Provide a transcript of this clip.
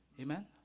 Amen